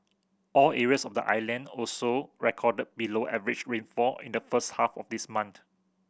all areas of the island also recorded below average rainfall in the first half of this month